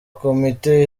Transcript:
komite